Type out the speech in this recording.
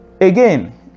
again